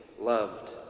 loved